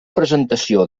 presentació